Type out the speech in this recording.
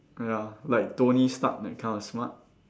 ya like Tony Stark that kind of smart